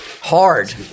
hard